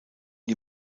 die